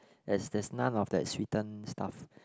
there's there's none of that sweetened stuff